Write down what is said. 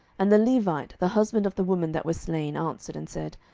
and the levite, the husband of the woman that was slain, answered and said,